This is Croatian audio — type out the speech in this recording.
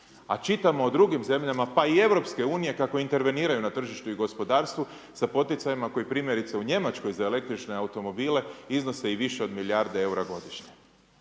a čitamo o drugim zemljama, pa i EU kako interveniraju na tržištu i gospodarstvu sa poticajima koji primjerice u Njemačkoj za električke automobile iznose i više od milijarde eura godišnje.